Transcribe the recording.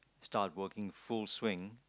start working full swing